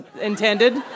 intended